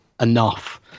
enough